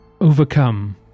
overcome